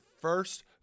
first